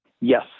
Yes